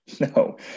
No